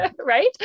Right